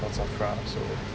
for SAFRA so